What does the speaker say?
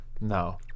No